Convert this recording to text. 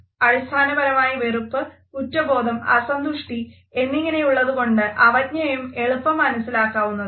അടിസ്ഥാനപരമായി വെറുപ്പ് കുറ്റബോധം അസന്തുഷ്ടി എന്നിങ്ങനെയുള്ളതുകൊണ്ട് അവജ്ഞയും എളുപ്പം മനസിലാക്കാവുന്നതാണ്